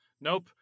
Nope